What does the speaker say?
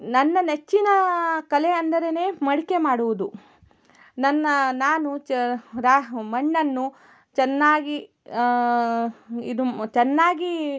ನನ್ನ ನೆಚ್ಚಿನ ಕಲೆ ಅಂದರೇನೆ ಮಡಿಕೆ ಮಾಡುವುದು ನನ್ನ ನಾನು ಚ ರಾ ಮಣ್ಣನ್ನು ಚೆನ್ನಾಗಿ ಇದು ಚೆನ್ನಾಗಿ